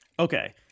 Okay